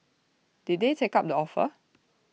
did they take up the offer